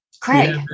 Craig